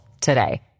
today